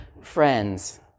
friends